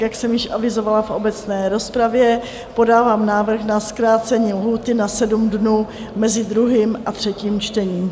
Jak jsem již avizovala v obecné rozpravě, podávám návrh na zkrácení lhůty na 7 dnů mezi druhým a třetím čtením.